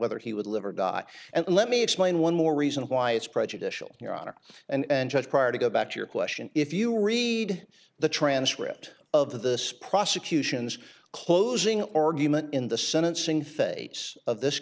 whether he would live or die and let me explain one more reason why it's prejudicial your honor and just prior to go back to your question if you read the transcript of this prosecution's closing argument in the sentencing phase of this